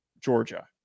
Georgia